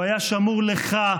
והוא היה שמור לך,